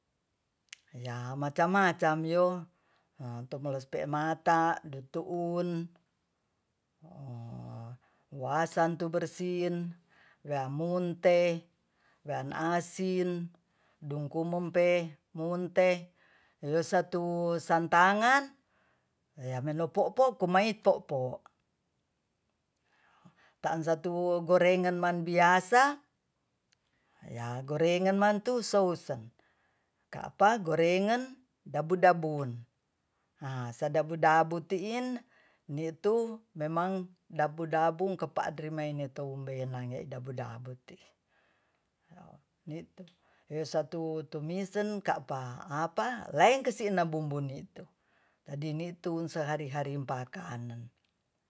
Ya macam-macam yo a tumolees pe mata dituun wasan tu bersin weamunte nan asin dungkumompe munte yesatu santangan ya menopo'po kumait po-po taan satu gorengan nan biasa ya gorengan mantu sousen ka'pa gorengan dabu-dabuun na so dabu-dabu tiin nitu memang dabu-dabu kepaadri maine toumbeen nange dabu-dabu tiin ye satu tumisen ka'pa apa laeng kesina bumbu nitu jadi nitu kesehari-hari pakaanen